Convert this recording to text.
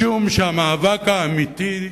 משום שהמאבק האמיתי,